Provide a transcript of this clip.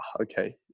okay